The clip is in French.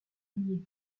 alliés